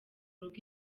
rugo